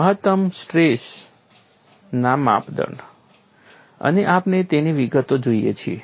મહત્તમ મુખ્ય સ્ટ્રેસ માપદંડ અને આપણે તેની વિગતો જોઈએ છીએ